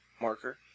marker